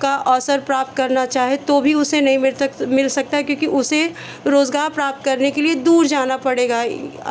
का अवसर प्राप्त करना चाहे तो भी उसे नहीं मिल मिल सकता है क्योंकि उसे रोज़गार प्राप्त करने के लिए दूर जाना पड़ेगा